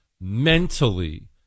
mentally